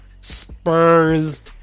Spurs